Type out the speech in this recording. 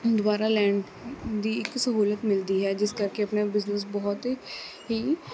ਦੁਬਾਰਾ ਲੈਣ ਦੀ ਇੱਕ ਸਹੂਲਤ ਮਿਲਦੀ ਹੈ ਜਿਸ ਕਰਕੇ ਆਪਣੇ ਬਿਜਨਸ ਬਹੁਤ ਹੀ